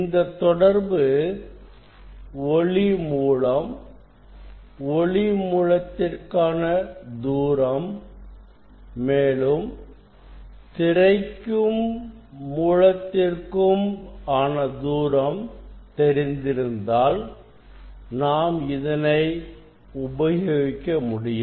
இந்த தொடர்பு ஒளி மூலம் ஒளி மூலத்திற்கான தூரம் மேலும் திரைக்கும்மூலத்திற்கும் ஆன தூரம் தெரிந்திருந்தால் நாம் இதனை உபயோகிக்க முடியும்